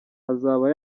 azaba